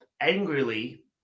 angrily